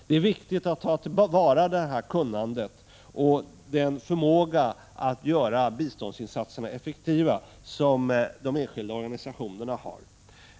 Det är viktigt att ta till vara det kunnandet och den förmåga att göra biståndsinsatserna effektiva som de enskilda organisationerna har.